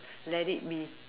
let it be